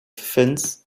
fins